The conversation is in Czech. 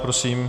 Prosím.